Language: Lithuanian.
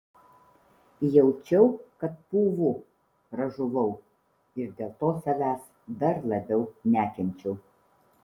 jaučiau kad pūvu pražuvau ir dėl to savęs dar labiau nekenčiau